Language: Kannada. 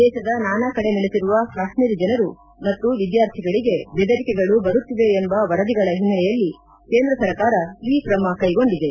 ದೇಶದ ನಾನಾ ಕಡೆ ನೆಲೆಸಿರುವ ಕಾಶ್ನೀರಿ ಜನರು ಮತ್ತು ವಿದ್ಯಾರ್ಥಿಗಳಿಗೆ ಬೆದರಿಕೆಗಳು ಬರುತ್ತಿವೆ ಎಂಬ ವರದಿಗಳ ಹಿನ್ನೆಲೆಯಲ್ಲಿ ಕೇಂದ್ರ ಸರ್ಕಾರ ಈ ಕ್ರಮ ಕೈಗೊಂಡಿದೆ